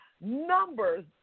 numbers